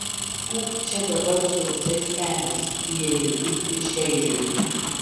pūk čia dabar su visais seniais lieju pyktį šeižiui